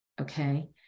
okay